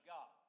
God